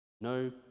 no